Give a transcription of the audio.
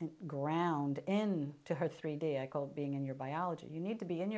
and ground in to her three d i call being in your biology you need to be in your